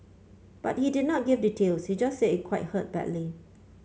but he did not give details he just said it hurt quite badly